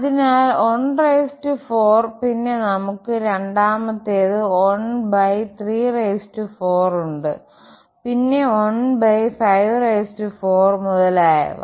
അതിനാൽ 14 പിന്നെ നമുക്ക് രണ്ടാമത്തേത് 134ഉണ്ട് പിന്നെ 15 4മുതലായവ